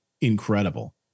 incredible